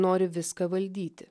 nori viską valdyti